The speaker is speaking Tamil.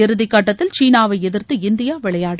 இறுதி கட்டத்தில் சீனாவை எதிர்த்து இந்தியா விளையாடும்